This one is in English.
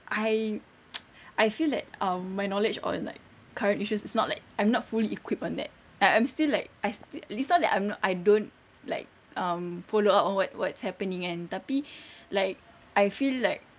I I feel that um my knowledge or like current issues it's not like I'm not fully equipped on that like I'm still like I still it's not I'm not I don't like um follow up on what what's happening kan tapi like I feel like